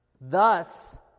Thus